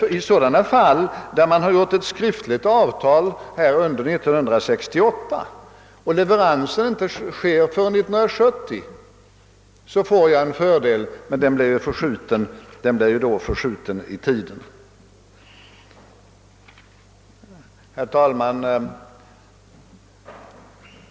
I sådana fall där man ingått skriftligt avtal under 1968 men leverans inte sker förrän 1970 får man en fördel. Den blir alltså förskjuten i tiden från köpets datum. Herr talman!